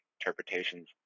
interpretations